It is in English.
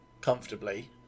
comfortably